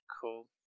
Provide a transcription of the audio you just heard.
Cool